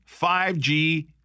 5G